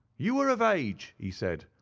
you are of age, he said,